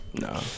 No